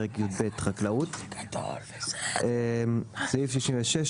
פרק י"ב: חקלאות סעיף 66,